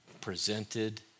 presented